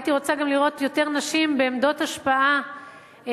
הייתי רוצה גם לראות יותר נשים בעמדות השפעה ובעמדות